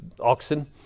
oxen